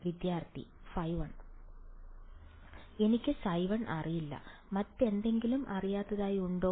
വിദ്യാർത്ഥി ϕ1 എനിക്ക് ϕ1 അറിയില്ല മറ്റെന്തെങ്കിലും അറിയാത്തതായി ഉണ്ടോ